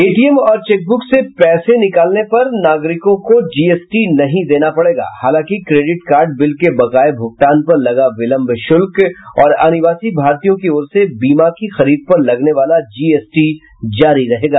ATM और chequebook से पैसे निकालने पर नागरिकों को जीएसटी नहीं देना पड़ेगा हालांकि क्रेडिट कार्ड बिल के बकाये भूगतान पर लगा विलंब शुल्क और अनिवासी भारतीयों की ओर से बीमा की खरीद पर लगने वाला जीएसटी जारी रहेगा